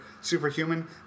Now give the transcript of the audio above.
superhuman